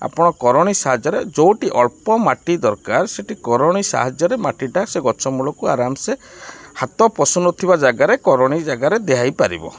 ଆପଣ କରଣୀ ସାହାଯ୍ୟରେ ଯେଉଁଠି ଅଳ୍ପ ମାଟି ଦରକାର ସେଇଠି କରଣୀ ସାହାଯ୍ୟରେ ମାଟିଟା ସେ ଗଛ ମୂଳକୁ ଆରାମସେ ହାତ ପଶୁ ନଥିବା ଜାଗାରେ କରଣୀ ଜାଗାରେ ଦିଆହେଇ ପାରିବ